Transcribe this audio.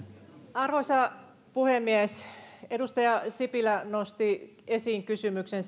arvoisa puhemies edustaja sipilä nosti esiin kysymyksen